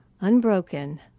unbroken